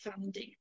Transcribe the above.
funding